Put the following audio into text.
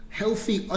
healthy